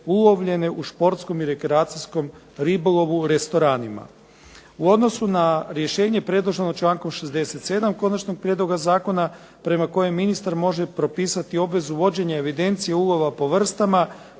ulovljene u športskom i rekreacijskom ribolovu u restoranima. U odnosu na rješenje predloženo člankom 67. konačnog prijedloga zakona prema kojem ministar može propisati obvezu vođenja evidencije ulova po vrstama,